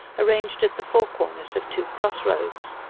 arranged at the four corners of two cross-roads.